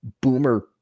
boomer